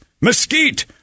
mesquite